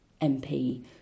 MP